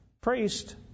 priest